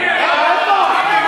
הנה, איפה?